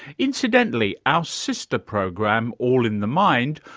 incidentally, our sister program, all in the mind,